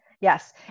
Yes